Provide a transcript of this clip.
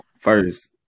first